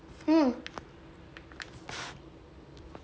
mm